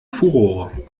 furore